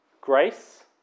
grace